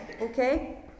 okay